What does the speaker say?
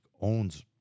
Owns